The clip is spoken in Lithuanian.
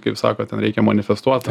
kaip sako ten reikia manifestuot